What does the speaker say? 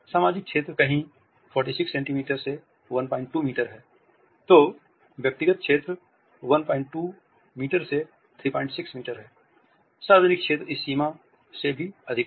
सामाजिक क्षेत्र कहीं 46 सेंटीमीटर से 12 मीटर है तो व्यक्तिगत क्षेत्र 12 से 36 मीटर है सार्वजनिक क्षेत्र इस सीमा से अधिक है